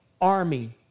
army